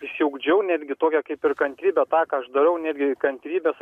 išsiugdžiau netgi tokią kaip ir kantrybę tą ką aš darau netgi kantrybės